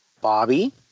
Bobby